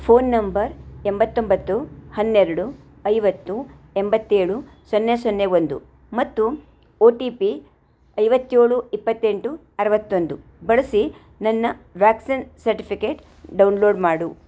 phone number ಎಂಬತೊಂಬತ್ತು ಹನ್ನೆರಡು ಐವತ್ತು ಎಂಬತ್ತೇಳು ಸೊನ್ನೆ ಸೊನ್ನೆ ಒಂದು ಮತ್ತು ಒ ಟಿ ಪಿ ಐವತ್ತೇಳು ಇಪ್ಪತ್ತೆಂಟು ಅರ್ವತ್ತೊಂದು ಬಳಸಿ ನನ್ನ ವ್ಯಾಕ್ಸಿನ್ ಸರ್ಟಿಫಿಕೇಟ್ ಡೌನ್ಲೋಡ್ ಮಾಡು